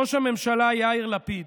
ראש הממשלה יאיר לפיד,